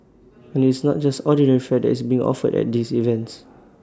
and IT is not just ordinary fare that is being offered at these events